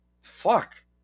fuck